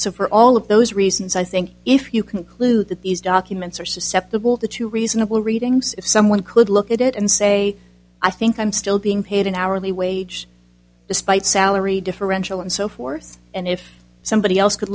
so for all of those reasons i think if you conclude that these documents are susceptible to two reasonable readings if someone could look at it and say i think i'm still being paid an hourly wage despite salary differential and so forth and if somebody else could